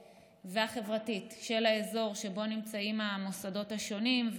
והחברתית של האזור שבו נמצאים המוסדות השונים.